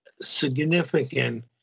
significant